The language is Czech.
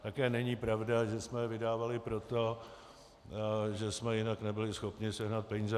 Také není pravda, že jsme je vydávali proto, že jsme jinak nebyli schopni sehnat peníze na trhu.